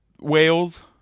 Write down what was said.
Wales